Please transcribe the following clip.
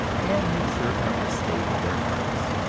and make certain of the state of their hearts.